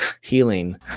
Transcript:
healing